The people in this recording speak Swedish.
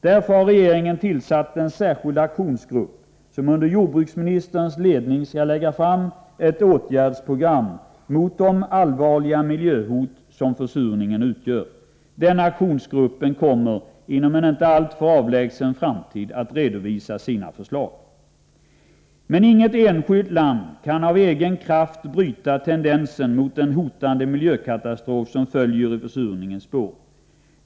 Därför har regeringen tillsatt en särskild aktionsgrupp, som under jordbruksministerns ledning skall utarbeta ett program för åtgärder mot det allvarliga miljöhot som försurningen utgör. Den aktionsgruppen kommer inom en inte alltför avlägsen framtid att redovisa sina förslag. Men inget enskilt land kan av egen kraft bryta tendensen mot den hotande miljökatastrof som följer i försurningens spår.